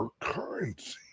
currency